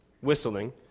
whistling